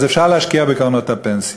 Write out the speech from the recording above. אז אפשר להשקיע בקרנות הפנסיה.